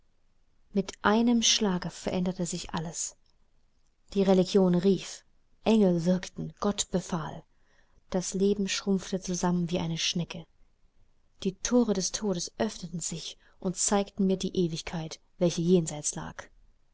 mit einem schlage veränderte sich alles die religion rief engel winkten gott befahl das leben schrumpfte zusammen wie eine schnecke die thore des todes öffneten sich und zeigten mir die ewigkeit welche jenseits lag